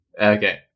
Okay